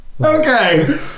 Okay